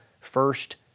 first